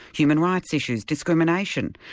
human rights issues, discrimination,